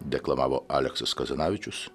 deklamavo aleksas kazanavičius